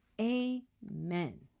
Amen